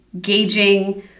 gauging